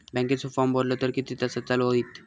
बँकेचो फार्म भरलो तर किती तासाक चालू होईत?